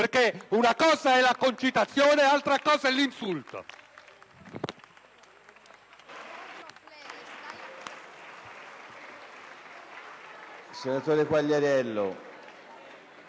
Una cosa è la concitazione, altra cosa è l'insulto.